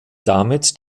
damit